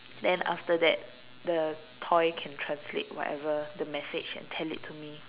then after that the toy can translate whatever the message and tell it to me